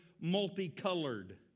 multicolored